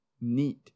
need